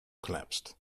collapsed